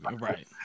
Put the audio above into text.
Right